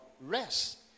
rest